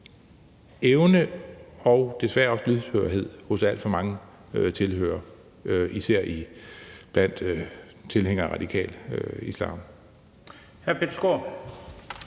der desværre også er lydhørhed hos alt for mange tilhørere, især iblandt tilhængere af radikal islam.